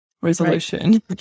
resolution